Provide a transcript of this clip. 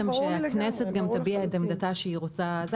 ושהכנסת גם תביע את עמדתה שהיא רוצה.